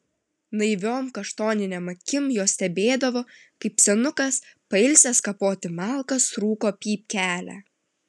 naiviom kaštoninėm akim jos stebėdavo kaip senukas pailsęs kapoti malkas rūko pypkelę